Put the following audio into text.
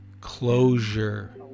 closure